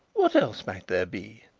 what else might there be?